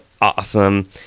awesome